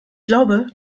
glaube